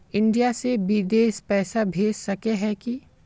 India से बिदेश पैसा भेज सके है की?